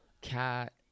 cat